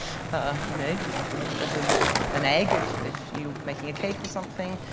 a you know little bit of an egg if if you're making a cake or something.